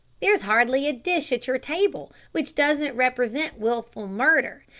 there's hardly a dish at your table which doesn't represent wilful murder,